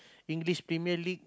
English Premier-League